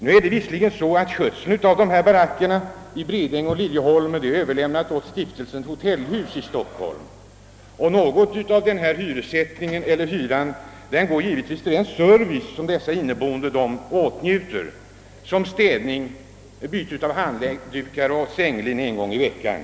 Nu är visserligen skötseln av dessa baracker i Bredäng och Liljeholmen överlämnade till Stiftelsen Hotellhus i Stockholm, och något av hyran går givetvis till den service som dessa inneboende åtnjuter, såsom städning och byte av handdukar och sänglinne en gång i veckan.